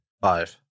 five